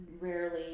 rarely